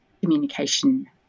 communication